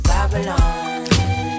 Babylon